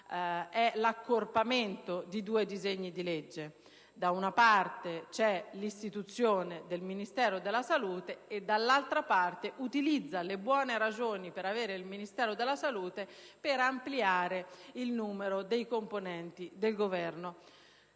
è l'accorpamento di due disegni di legge. Da una parte, c'è l'istituzione del Ministero della salute e, dall'altra, esso utilizza le buone ragioni per l'istituzione del Ministero della salute per ampliare il numero dei componenti del Governo.